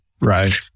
right